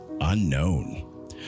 unknown